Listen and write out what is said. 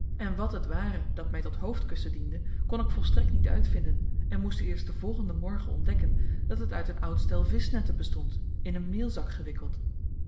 en wat het ware dat mij tot hoofdkussen diende kon ik volstrekt niet uitvinden en moest eerst den volgenden morgen ontdekken dat het uit een oud stel vischnetten bestond in een meelzak gewikkeld